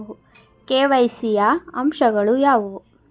KYC ಯ ಅಂಶಗಳು ಯಾವುವು?